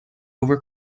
over